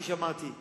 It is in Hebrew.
כפי שאמרתי,